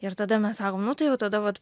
ir tada mes sakom nu tai jau tada vat